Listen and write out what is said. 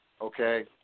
Okay